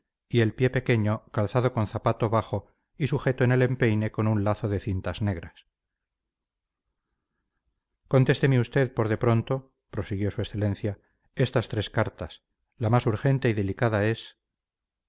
y el pie pequeño calzado con zapato bajo sujeto en el empeine con un lazo de cintas negras contésteme usted por de pronto prosiguió su excelencia estas tres cartas la más urgente y delicada es